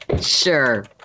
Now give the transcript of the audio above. Sure